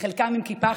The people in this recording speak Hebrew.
חלקם עם כיפה,